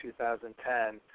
2010